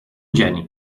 geni